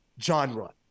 genre